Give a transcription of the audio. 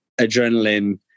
adrenaline